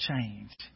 change